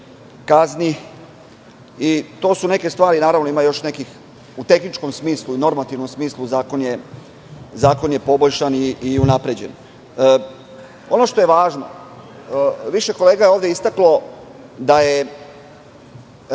To su neke stvari, ali naravno, ima još nekih. U tehničkom smislu i normativnom smislu zakon je poboljšan i unapređen. Ono što je važno, više kolega je ovde istaklo da je